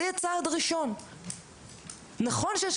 זה יהיה צעד ראשון.